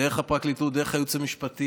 דרך הפרקליטות, דרך הייעוץ המשפטי,